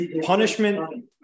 Punishment